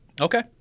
Okay